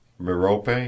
merope